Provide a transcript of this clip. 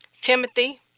Timothy